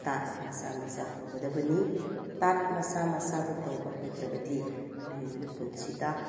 ꯇꯥꯠ ꯃꯆꯥ ꯃꯆꯥ ꯇꯧꯒꯗꯕꯅꯤ ꯇꯥꯠ ꯃꯆꯥ ꯃꯆꯥꯕꯨ ꯇꯧꯕ ꯍꯩꯇ꯭ꯔꯕꯗꯤ ꯃꯤꯑꯣꯏꯕꯅ ꯄꯨꯟꯁꯤꯗ